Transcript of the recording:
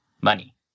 money